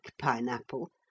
pineapple